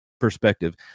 perspective